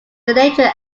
nature